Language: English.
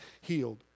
healed